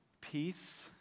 Peace